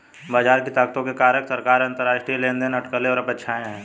बाजार की ताकतों के कारक सरकार, अंतरराष्ट्रीय लेनदेन, अटकलें और अपेक्षाएं हैं